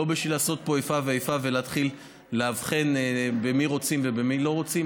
לא בשביל לעשות פה איפה ואיפה ולהתחיל לאבחן במי רוצים ובמי לא רוצים.